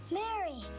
mary